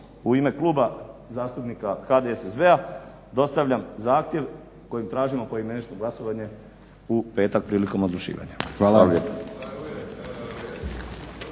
u ime Kluba zastupnika HDSSB-a dostavljam zahtjev u kojem tražimo poimenično glasovanje u petak prilikom odlučivanja. Hvala.